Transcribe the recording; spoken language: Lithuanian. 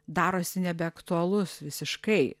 darosi nebeaktualus visiškai